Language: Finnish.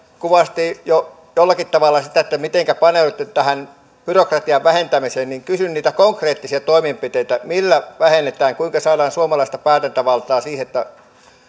kuvasitte jo jollakin tavalla sitä mitenkä paneudutte tähän byrokratian vähentämiseen kysyn niitä konkreettisia toimenpiteitä millä sitä vähennetään kuinka saadaan suomalaista päätäntävaltaa siihen että